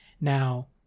Now